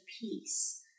peace